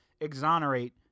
exonerate